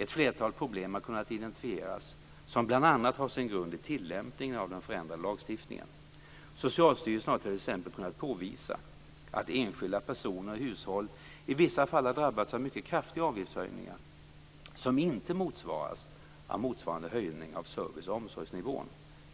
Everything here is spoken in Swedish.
Ett flertal problem har kunnat identifieras som bl.a. har sin grund i tillämpningen av den förändrade lagstiftningen. Socialstyrelsen har t.ex. kunnat påvisa att enskilda personer och hushåll i vissa fall har drabbats av mycket kraftiga avgiftshöjningar som inte motsvaras av motsvarande höjning av service eller omsorgsnivån.